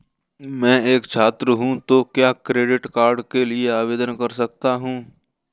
मैं एक छात्र हूँ तो क्या क्रेडिट कार्ड के लिए आवेदन कर सकता हूँ?